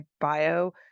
bio